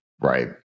Right